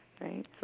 right